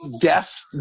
death